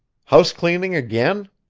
house-cleaning again?